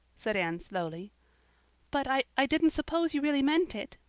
said anne slowly but i didn't suppose you really meant it.